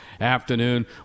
afternoon